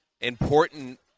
important